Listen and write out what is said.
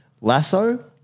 Lasso